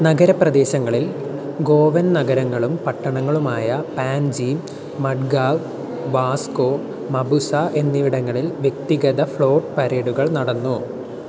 നഗരപ്രദേശങ്ങളിൽ ഗോവൻ നഗരങ്ങളും പട്ടണങ്ങളുമായ പാൻജിം മഡ്ഗാവ് വാസ്കോ മപുസ എന്നിവിടങ്ങളിൽ വ്യക്തിഗത ഫ്ലോട്ട് പരേഡുകൾ നടന്നു